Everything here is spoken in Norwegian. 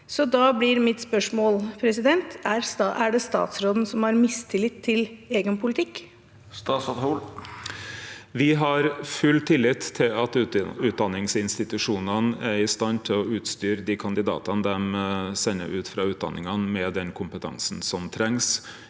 Da blir mitt spørsmål: Er det statsråden som har mistillit til egen politikk? Statsråd Oddmund Hoel Me har full til- lit til at utdanningsinstitusjonane er i stand til å utstyre dei kandidatane dei sender ut frå utdanningane, med den kompetansen som trengs,